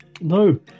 no